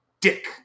dick